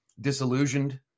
disillusioned